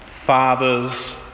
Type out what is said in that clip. fathers